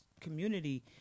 community